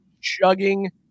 chugging